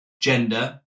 gender